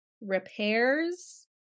repairs